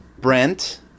Brent